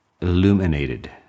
illuminated